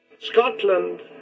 Scotland